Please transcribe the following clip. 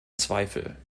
zweifel